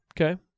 Okay